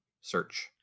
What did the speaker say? search